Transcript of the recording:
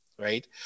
right